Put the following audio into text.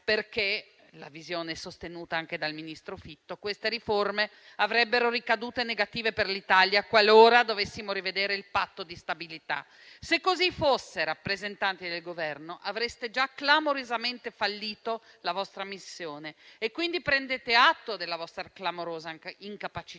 che - tale visione è sostenuta anche dal ministro Fitto - queste riforme avrebbero ricadute negative per l'Italia, qualora dovessimo rivedere il Patto di stabilità. Se così fosse, rappresentanti del Governo, avreste già clamorosamente fallito la vostra missione. Quindi, prendete atto della vostra clamorosa incapacità.